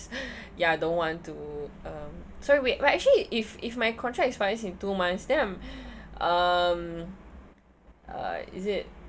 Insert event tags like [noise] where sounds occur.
[breath] ya I don't want to uh sorry wait actually if if my contract expires in two months then I'm [breath] um uh is it